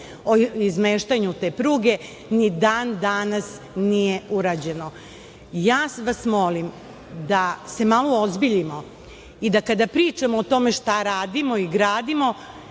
o izmeštanju te pruge, ni dan danas nije urađeno. Molim vas da se malo uozbiljimo i da kada pričamo o tome šta radimo i gradimo